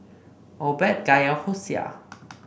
Obed Kaya Hosea